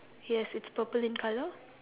yes it's purple in colour